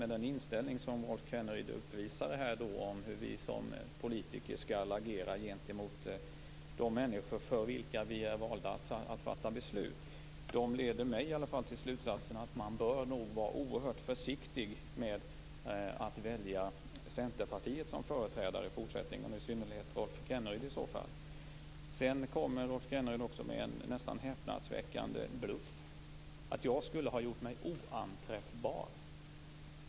Den inställning som Rolf Kenneryd uppvisade när det gäller hur vi som politiker skall agera gentemot de människor för vilka vi är valda att fatta beslut leder i alla fall mig till slutsatsen att man nog bör vara väldigt försiktig med att välja Centerpartiet som företrädare i fortsättningen, i synnerhet Rolf Kenneryd i så fall. Sedan kommer Rolf Kenneryd också med en nästan häpnadsväckande bluff. Jag skulle ha gjort mig oanträffbar.